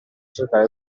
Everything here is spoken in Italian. cercare